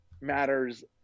matters